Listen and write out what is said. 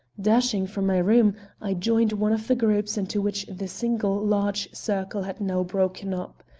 dashing from my room i joined one of the groups into which the single large circle had now broken up.